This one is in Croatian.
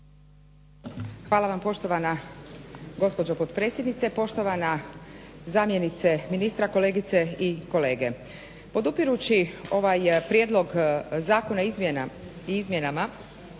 Hvala vam poštovana gospođo potpredsjednice. Poštovana zamjenice ministra, kolegice i kolege. Podupirući ovaj Prijedlog zakona o izmjenama